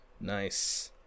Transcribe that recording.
nice